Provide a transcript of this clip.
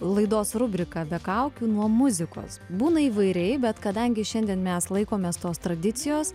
laidos rubriką be kaukių nuo muzikos būna įvairiai bet kadangi šiandien mes laikomės tos tradicijos